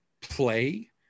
play